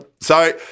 Sorry